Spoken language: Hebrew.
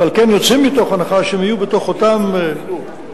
ועל כן יוצאים מתוך הנחה שהם יהיו בתוך אותם תחומים,